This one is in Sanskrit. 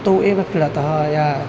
तौ एव क्रीडतः या